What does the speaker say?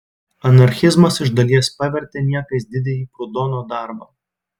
anarchizmas iš dalies pavertė niekais didįjį prudono darbą